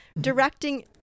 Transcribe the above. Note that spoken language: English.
directing